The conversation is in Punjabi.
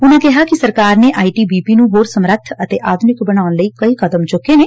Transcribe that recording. ਉਨ੍ਹਾ ਕਿਹਾ ਕਿ ਸਰਕਾਰ ਨੇ ਆਈ ਟੀ ਬੀ ਪੀ ਨੂੰ ਹੋਰ ਸਮਰੱਥ ਅਤੇ ਆਧੁਨਿਕ ਬਣਾਉਣ ਲਈ ਕਈ ਕਦਮ ਚੁੱਕੇ ਨੇ